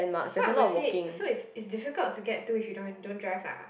so I would say so is is difficult to get to if you don't don't drive lah